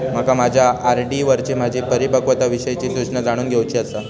माका माझ्या आर.डी वरची माझी परिपक्वता विषयची सूचना जाणून घेवुची आसा